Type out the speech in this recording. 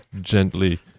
gently